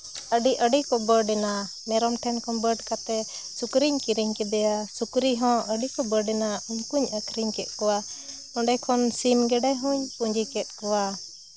ᱟᱹᱰᱤᱼᱟᱹᱰᱤ ᱠᱚ ᱵᱟᱹᱰᱮᱱᱟ ᱢᱮᱨᱚᱢ ᱴᱷᱮᱱ ᱠᱷᱚᱱ ᱵᱟᱹᱰ ᱠᱟᱛᱮ ᱥᱩᱠᱨᱤᱧ ᱠᱤᱨᱤᱧ ᱠᱮᱫᱮᱭᱟ ᱥᱩᱠᱨᱤ ᱦᱚᱸ ᱟᱹᱰᱤ ᱠᱚ ᱵᱟᱹᱰᱮᱱᱟ ᱩᱱᱠᱩᱧ ᱟᱹᱠᱷᱨᱤᱧ ᱠᱮᱫ ᱠᱚᱣᱟ ᱚᱸᱰᱮ ᱠᱷᱚᱱ ᱥᱤᱢ ᱜᱮᱰᱮ ᱦᱚᱸᱧ ᱯᱩᱸᱡᱤ ᱠᱮᱫ ᱠᱚᱣᱟ